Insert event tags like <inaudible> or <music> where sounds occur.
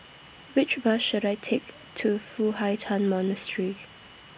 Which Bus should I <noise> Take to Foo Hai Ch'An Monastery